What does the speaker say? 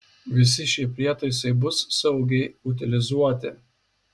visi šie prietaisai bus saugiai utilizuoti